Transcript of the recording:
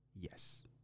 yes